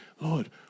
Lord